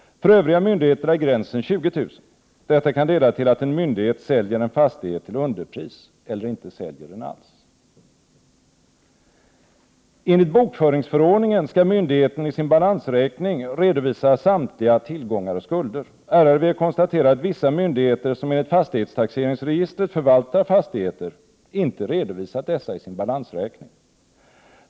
För övriga myndigheter är gränsen 20 000 kr. Detta kan leda till att en myndighet säljer en fastighet till underpris eller inte säljer den alls. Enligt bokföringsförordningen skall myndigheten i sin balansräkning redovisa samtliga tillgångar och skulder. RRV konstaterar att vissa myndigheter som enligt fastighetstaxeringsregistret förvaltar fastigheter inte redovisat dessa i sin balansräkning.